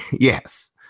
Yes